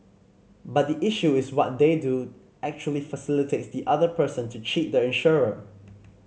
but the issue is what they do actually facilitates the other person to cheat the insurer